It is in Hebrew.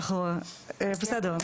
בסדר,